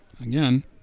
Again